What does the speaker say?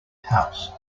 house